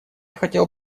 хотел